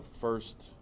first